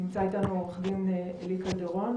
נמצא איתנו עורך דין עלי קלדרון,